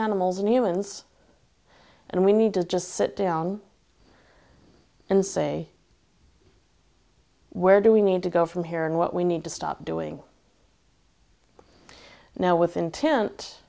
animals and humans and we need to just sit down and say where do we need to go from here and what we need to stop doing now with intent